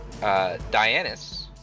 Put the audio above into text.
Dianus